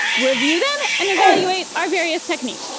review them, and evaluate our various techniques.